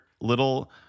little